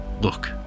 Look